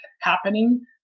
happening